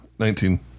Nineteen